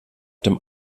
dem